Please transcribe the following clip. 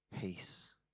peace